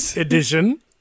Edition